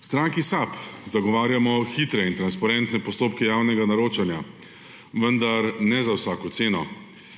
V stranki SAB zagovarjamo hitre in transparentne postopke javnega naročanja, vendar ne za vsako ceno.